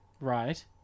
Right